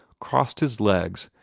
crossed his legs,